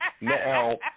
Now